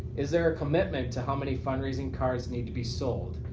is there a commitment to how many fundraising cards need to be sold?